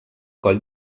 coll